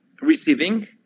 receiving